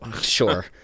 Sure